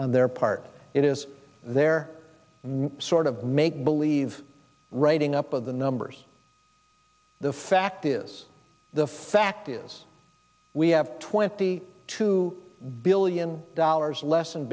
on their part it is their sort of make believe writing up of the numbers the fact is the fact is we have twenty two billion dollars less